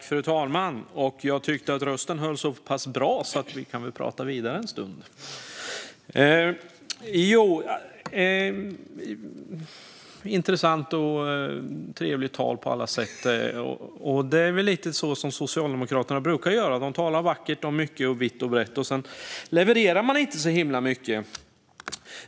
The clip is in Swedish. Fru talman! Jag tyckte att Hanna Westeréns röst höll så pass bra att vi kan prata vidare en stund. Det var ett intressant och trevligt tal på alla sätt. Det är lite så Socialdemokraterna brukar göra; de talar vackert och mycket, vitt och brett, och sedan levererar de inte så himla mycket.